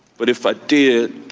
but if i did,